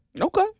Okay